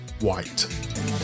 white